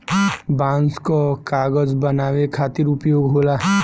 बांस कअ कागज बनावे खातिर उपयोग होला